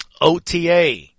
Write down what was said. ota